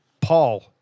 Paul